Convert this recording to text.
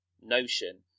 notion